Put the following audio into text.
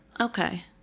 Okay